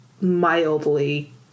mildly